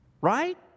Right